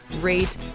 rate